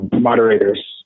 moderators